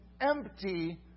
empty